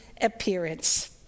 appearance